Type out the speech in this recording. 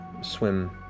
swim